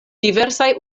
diversaj